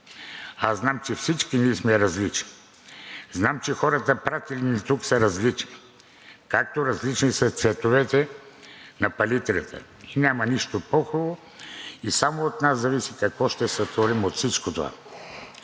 Аз знам, че всички ние сме различни. Знам, че хората, пратили ни тук, са различни както различни са цветовете на палитрите, и няма нищо по-хубаво, и само от нас зависи какво ще сътворим от всичко това.